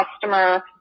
customer